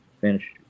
finish